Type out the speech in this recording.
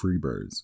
Freebirds